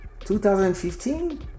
2015